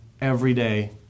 Everyday